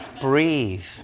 breathe